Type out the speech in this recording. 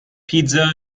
pizza